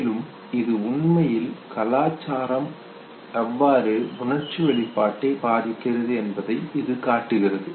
மேலும் இது உண்மையில் கலாச்சாரம் எவ்வாறு உணர்ச்சி வெளிப்பாட்டை பாதிக்கிறது என்பதை இது காட்டுகிறது